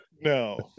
no